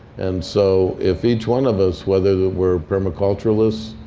and so if each one of us, whether we're permaculturalists,